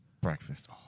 breakfast